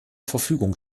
verfügung